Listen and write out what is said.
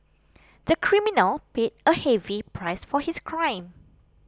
the criminal paid a heavy price for his crime